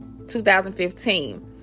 2015